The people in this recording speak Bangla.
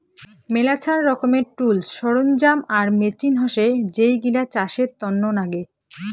মেলাছান রকমের টুলস, সরঞ্জাম আর মেচিন হসে যেইগিলা চাষের তন্ন নাগে